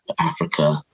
Africa